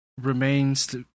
remains